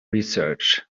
research